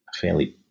fairly